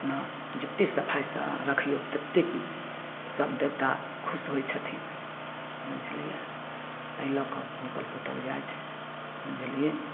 जतना जतेक सफाइसँ रखिऔ ततेक सभ देवता खुश होइ छथिन बुझलिए ताहि लऽ कऽ निपल पोतल जाइ छै बुझलिए ने